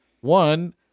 One